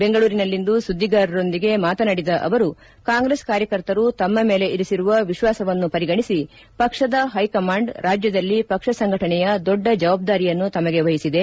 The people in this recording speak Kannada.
ಬೆಂಗಳೂರಿನಲ್ಲಿಂದು ಸುದ್ದಿಗಾರರೊಂದಿಗೆ ಮಾತನಾಡಿದ ಅವರು ಕಾಂಗ್ರೆಸ್ ಕಾರ್ಯಕರ್ತರು ತಮ್ನ ಮೇಲೆ ಇರಿಸಿರುವ ವಿಶ್ವಾಸವನ್ನು ಪರಿಗಣಿಸಿ ಪಕ್ಷದ ಹೈಕಮಾಂಡ್ ರಾಜ್ಯದಲ್ಲಿ ಪಕ್ಷ ಸಂಘಟನೆಯ ದೊಡ್ಡ ಜವಾಬ್ಗಾರಿಯನ್ನು ತಮಗೆ ವಹಿಸಿದೆ